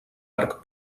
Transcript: arc